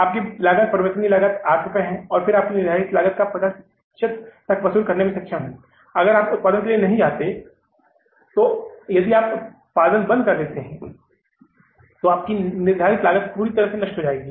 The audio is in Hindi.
आपकी लागत परिवर्तनीय लागत 8 रुपये और फिर भी आप निर्धारित लागत का 50 प्रतिशत तक वसूल करने में सक्षम हैं अगर आप उत्पादन के लिए नहीं जाते हैं तो यदि आप उत्पादन बंद कर देते हैं तो आपकी निर्धारित लागत पूरी तरह नष्ट हो जाएगी